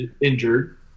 injured